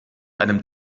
einem